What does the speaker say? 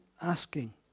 asking